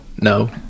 no